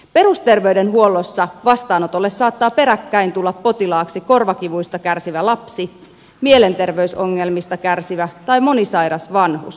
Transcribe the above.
perusterveydenhuollossa vastaanotolle saattaa peräkkäin tulla potilaaksi korvakivuista kärsivä lapsi mielenterveysongelmista kärsivä tai monisairas vanhus